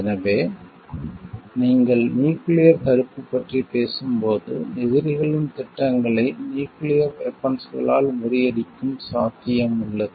எனவே நீங்கள் நியூக்கிளியர் தடுப்பு பற்றி பேசும்போது எதிரிகளின் திட்டங்களை நியூக்கிளியர் வெபன்ஸ்களால் முறியடிக்கும் சாத்தியம் உள்ளது